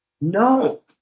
No